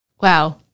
Wow